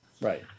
Right